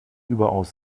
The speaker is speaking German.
überaus